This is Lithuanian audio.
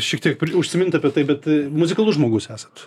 šiek tiek užsimint apie tai bet muzikalus žmogus esat